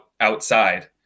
outside